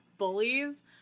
bullies